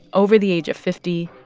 over the age of fifty,